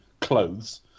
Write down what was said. clothes